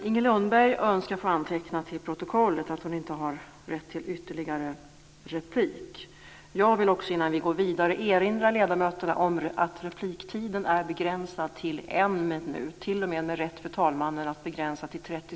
Inger Lundberg önskar få antecknat till protokollet att hon inte har rätt till ytterligare replik. Jag vill också innan vi går vidare erinra ledamöterna om att repliktiden är begränsad till en minut, t.o.m. med rätt för talmannen att begränsa till 30